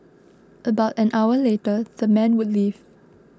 about an hour later the men would leave